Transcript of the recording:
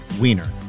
wiener